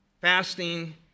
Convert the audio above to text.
fasting